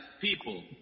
people